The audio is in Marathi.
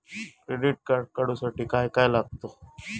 क्रेडिट कार्ड काढूसाठी काय काय लागत?